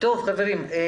אני